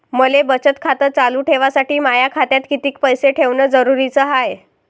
मले बचत खातं चालू ठेवासाठी माया खात्यात कितीक पैसे ठेवण जरुरीच हाय?